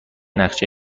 نقشه